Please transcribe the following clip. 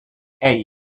hey